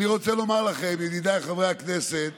חוסר המנהיגות